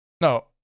No